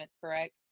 correct